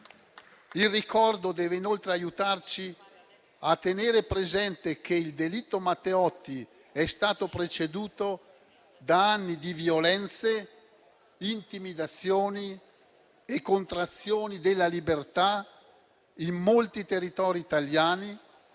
Il ricordo deve inoltre aiutarci a tenere presente che il delitto Matteotti è stato preceduto da anni di violenze, intimidazioni e contrazioni della libertà in molti territori italiani,